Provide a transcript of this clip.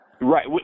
Right